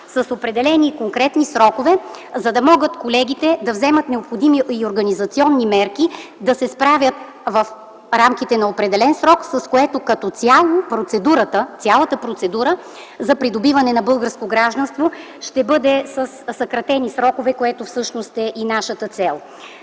от институциите – МВР и ДАНС, за да могат колегите да вземат необходимите организационни мерки да се справят в рамките на този срок, с което цялата процедура за придобиване на българско гражданство ще бъде със съкратени срокове, което всъщност е и нашата цел.